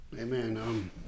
Amen